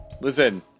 Listen